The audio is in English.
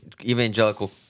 evangelical